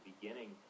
beginning